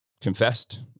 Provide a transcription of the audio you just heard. confessed